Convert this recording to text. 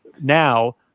now